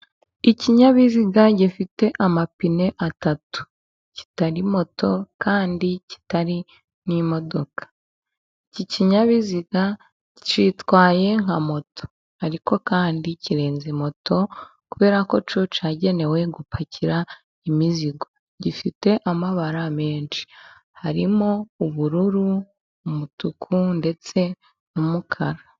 Ikinyabiziga gifite amapine atatu kitari moto kandi kitari n'imodoka, iki kinyabiziga cyitwaye nka moto ariko kandi kirenze moto, kubera ko cyo cyagenewe gupakira imizigo, gifite amabara menshi harimo ubururu, umutuku ndetse n'umukara.